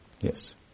Yes